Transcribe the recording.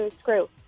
Screw